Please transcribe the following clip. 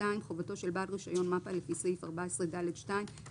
חובתו של בעל רישיון מפ"א לפי סעיף 14ב(ד)(2)